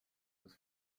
des